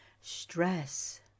stress